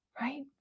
Right